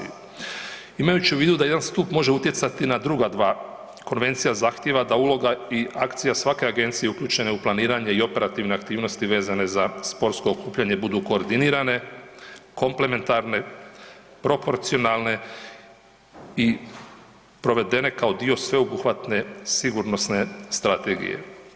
Imajući u vidu da jedan stup može utjecati na druga dva, konvencija zahtijeva da uloga i akcija svake agencije uključene u planiranje i operativne aktivnosti vezane za sportsko okupljanje budu koordinirane, komplementarne, proporcionalne i provedene kao dio sveobuhvatne sigurnosne strategije.